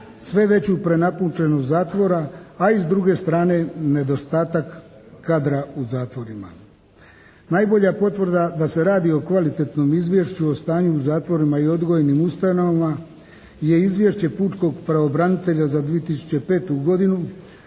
sve veću prenapučenost zatvora, a i s druge strane nedostatak kadra u zatvorima. Najbolja potvrda da se radi o kvalitetnom izvješću o stanju u zatvorima i odgojnim ustanovama je izvješće pučkog pravobranitelja za 2005. godinu